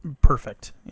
perfect